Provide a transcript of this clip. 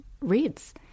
reads